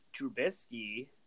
Trubisky